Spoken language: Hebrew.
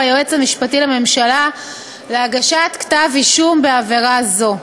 היועץ המשפטי לממשלה להגשת כתב-אישום בעבירה זו.